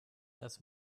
das